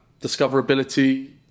discoverability